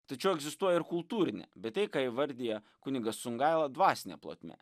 tačiau egzistuoja ir kultūrinė bet tai ką įvardija kunigas sungaila dvasinė plotmė